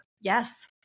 Yes